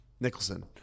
Nicholson